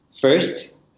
first